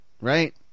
right